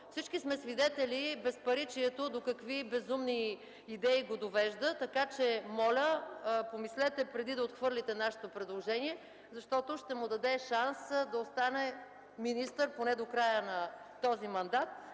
Всички сме свидетели до какви безумни идеи го довежда безпаричието. Така че моля, помислете, преди да отхвърлите нашето предложение, защото ще му даде шанс да остане министър поне до края на този мандат.